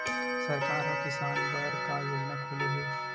सरकार ह किसान बर का योजना खोले हे?